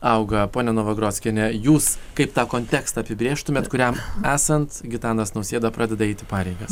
auga ponia novagrockiene jūs kaip tą kontekstą apibrėžtumėt kuriam esant gitanas nausėda pradeda eiti pareigas